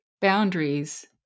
boundaries